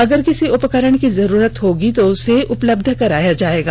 अगर किसी उपकरण की जरुरत होगी तो उसे उपलब्ध कराया जाएगा